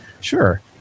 sure